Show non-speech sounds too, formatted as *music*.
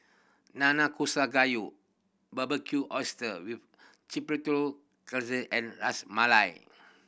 Nanakusa Gayu Barbecue Oyster with Chipotle *unintelligible* and Ras Malai